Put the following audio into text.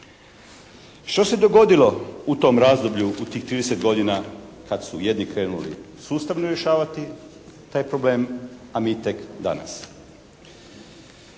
Što se dogodilo u tom razdoblju u tih 30 godina kad su jedni krenuli sustavno rješavati taj problem, a mi tek danas?